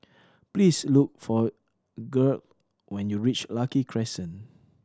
please look for Gearld when you reach Lucky Crescent